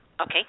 Okay